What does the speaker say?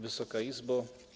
Wysoka Izbo!